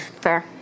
Fair